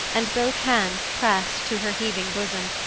and both hands pressed to her heaving bosom,